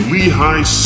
Lehigh